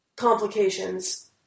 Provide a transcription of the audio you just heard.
Complications